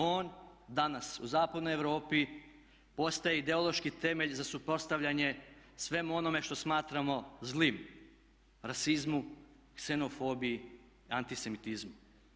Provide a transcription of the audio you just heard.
On danas u zapadnoj Europi postaje ideološki temelj za suprotstavljanje svemu onome što smatramo zlim, rasizmu, ksenofobiji, antisemitizmu.